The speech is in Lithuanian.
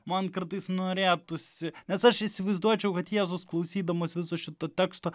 man kartais norėtųsi nes aš įsivaizduočiau kad jėzus klausydamas viso šito teksto